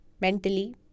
Mentally